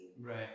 Right